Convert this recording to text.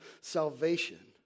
salvation